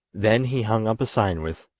then he hung up a sign with,